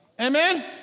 Amen